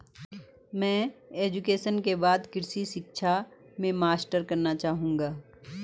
मैं ग्रेजुएशन के बाद कृषि शिक्षा में मास्टर्स करना चाहूंगा